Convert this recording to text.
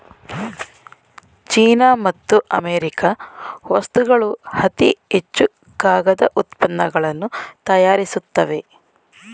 China ಮತ್ತು America ವಸ್ತುಗಳು ಅತಿ ಹೆಚ್ಚು ಕಾಗದ ಉತ್ಪನ್ನಗಳನ್ನು ತಯಾರಿಸುತ್ತವೆ